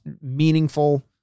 meaningful